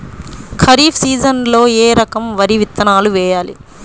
ఖరీఫ్ సీజన్లో ఏ రకం వరి విత్తనాలు వేయాలి?